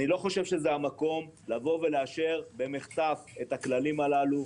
אני לא חושב שזה המקום לבוא ולאשר במחטף את הכללים הללו,